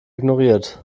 ignoriert